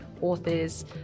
authors